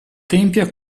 tempia